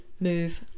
move